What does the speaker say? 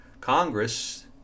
Congress